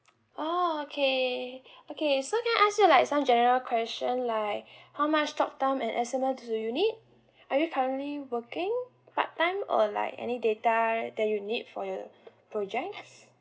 oh okay okay so can I ask you like some general question like how much talk time and S_M_S do you need are you currently working part time or like any data that you need for your projects